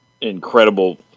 incredible